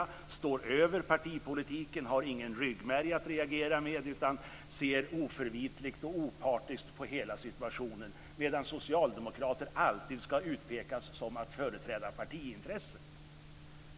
De står över partipolitiken och har ingen ryggmärg att reagera med utan ser oförvitligt och opartiskt på hela situationen, medan socialdemokrater alltid ska utpekas som att de företräder partiintresset.